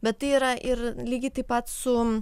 bet tai yra ir lygiai taip pat su